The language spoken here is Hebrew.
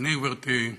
ואני, גברתי,